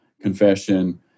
confession